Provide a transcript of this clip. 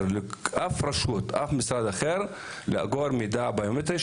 לאף רשות ואף משרד לאגור מידע ביומטרי,